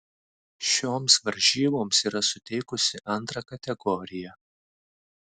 šioms varžyboms yra suteikusi antrą kategoriją